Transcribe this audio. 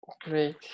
Great